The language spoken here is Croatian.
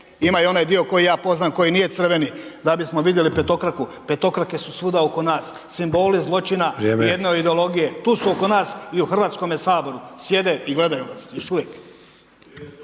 ima i onaj dio koji ja poznam koji nije crveni da bismo vidjeli petokraku, petokrake su svuda oko nas, simboli zločina …/Upadica: Vrijeme./… jedne ideologije, tu su oko nas i u Hrvatskome saboru, sjede i gledaju nas još uvijek.